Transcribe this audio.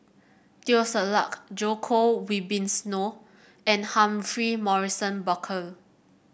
Teo Ser Luck Djoko Wibisono and Humphrey Morrison Burkill